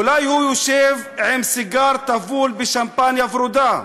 אולי הוא יושב עם סיגר טבול בשמפניה ורודה,